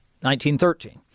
1913